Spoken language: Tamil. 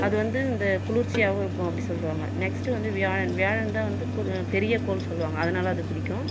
அது வந்து இந்த குளிர்ச்சியாகவும் இருக்கும் அப்படினு சொல்வாங்கள் நெக்ஸ்டு வந்து வியாழன் வியாழன்தான் வந்து போ பெரிய கோள்னு சொல்வாங்கள் அதனால் அதை பிடிக்கும்